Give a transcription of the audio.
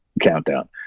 Countdown